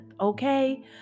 okay